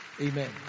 Amen